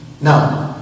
Now